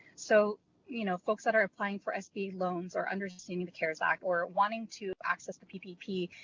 so you know folks that are applying for sba loans or understanding the cares act or wanting to access the ppp,